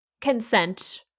consent